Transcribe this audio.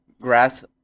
grass